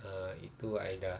uh itu I dah